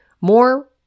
more